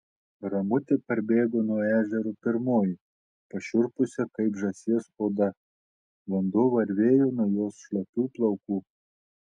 ramutė parbėgo nuo ežero pirmoji pašiurpusia kaip žąsies oda vanduo varvėjo nuo jos šlapių plaukų